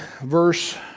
verse